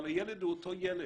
אבל הילד הוא אותו ילד.